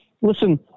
listen